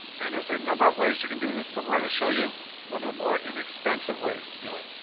and there's a number of ways you can do this but we're gonna show you one of the more inexpensive ways to do it.